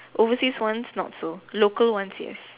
oversea ones not so local ones yes